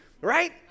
Right